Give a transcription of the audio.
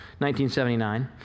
1979